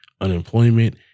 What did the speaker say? unemployment